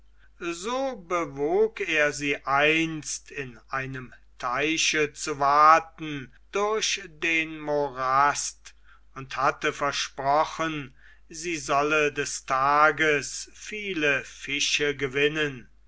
so bewog er sie einst in einem teiche zu waten durch den morast und hatte versprochen sie solle des tages viele fische gewinnen